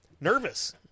nervous